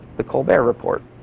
the colbert report.